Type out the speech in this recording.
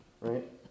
right